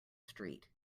street